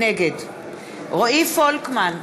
נגד רועי פולקמן,